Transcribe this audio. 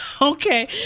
Okay